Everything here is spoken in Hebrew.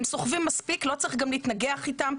הם סוחבים מספיק, לא צריך גם להתנגח איתם.